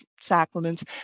sacraments